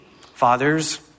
fathers